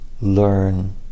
learn